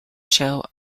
show